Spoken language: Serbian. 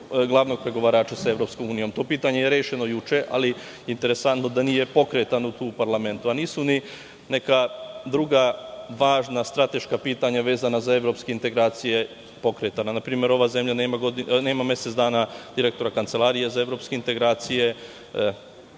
glavnog pregovarača sa EU. To pitanje je rešeno juče, ali interesantno da nije pokretano tu u parlamentu, a nisu ni neka druga važna strateška pitanja vezana za evropske integracije pokretana. Na primer ova zemlja nema mesec dana direktora Kancelarije za evropske integracije,